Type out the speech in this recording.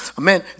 amen